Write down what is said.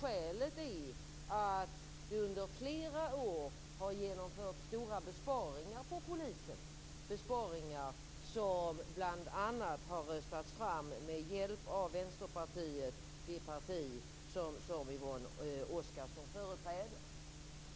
Skälet är att det under flera år har genomförts stora besparingar på polisen, besparingar som bl.a. har röstats fram med hjälp av Vänsterpartiet, det parti som Yvonne Oscarsson företräder.